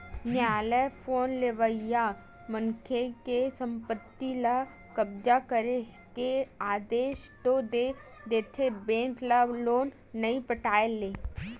नियालय लोन लेवइया मनखे के संपत्ति ल कब्जा करे के आदेस तो दे देथे बेंक ल लोन नइ पटाय ले